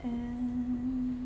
uh